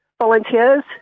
volunteers